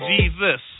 Jesus